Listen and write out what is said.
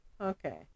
okay